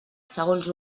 segons